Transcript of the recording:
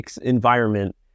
environment